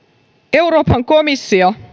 euroopan komissio